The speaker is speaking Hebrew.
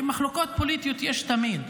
מחלוקות פוליטיות יש תמיד.